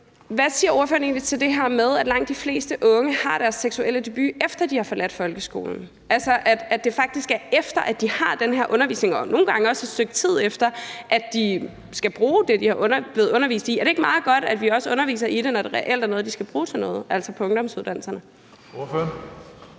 hvad siger ordføreren egentlig til det her med, at langt de fleste unge har deres seksuelle debut, efter de har forladt folkeskolen – at det altså faktisk er efter, at de har haft den her undervisning, og nogle gange også et stykke tid efter, de skal bruge det, de er blevet undervist i? Er det ikke meget godt, at vi også underviser i det, når det reelt er noget, de også skal bruge til noget, altså på ungdomsuddannelserne? Kl.